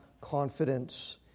confidence